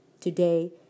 today